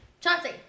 Chauncey